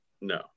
no